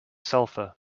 sulfur